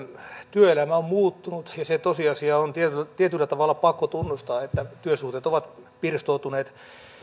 työelämä on muuttunut ja se tosiasia on tietyllä tietyllä tavalla pakko tunnustaa että työsuhteet ovat pirstoutuneet